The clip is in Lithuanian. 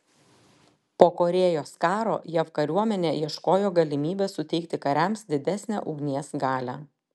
po korėjos karo jav kariuomenė ieškojo galimybės suteikti kariams didesnę ugnies galią